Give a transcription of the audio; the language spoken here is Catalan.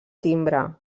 timbre